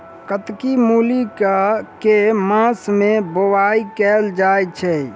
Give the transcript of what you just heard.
कत्की मूली केँ के मास मे बोवाई कैल जाएँ छैय?